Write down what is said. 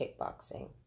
kickboxing